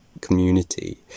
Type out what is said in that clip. community